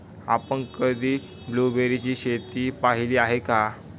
आपण कधी ब्लुबेरीची शेतं पाहीली आहेत काय?